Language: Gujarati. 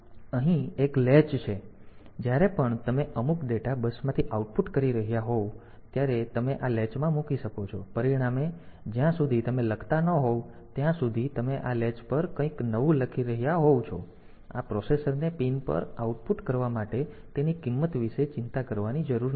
તેથી અહીં એક લૅચ છે તેથી જ્યારે પણ તમે અમુક ડેટા બસમાંથી આઉટપુટ કરી રહ્યા હોવ ત્યારે તમે આ લૅચમાં મૂકી શકો છો પરિણામે જ્યાં સુધી તમે લખતા ન હોવ ત્યાં સુધી તમે આ લૅચ પર કંઈક નવું લખી રહ્યાં હોવ છો અને આ પ્રોસેસર ને પિન પર આઉટપુટ કરવા માટે તેની કિંમત વિશે ચિંતા કરવાની જરૂર નથી